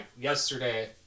yesterday